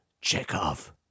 Chekhov